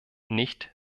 nicht